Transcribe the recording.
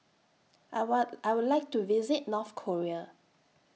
I I Would like to visit North Korea